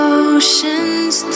oceans